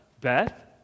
Beth